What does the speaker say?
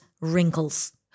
wrinkles